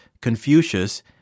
Confucius